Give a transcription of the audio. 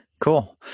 Cool